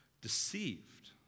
Deceived